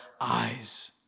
eyes